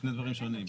זה שני דברים שונים.